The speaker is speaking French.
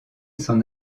s’en